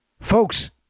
Folks